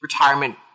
Retirement